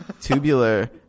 Tubular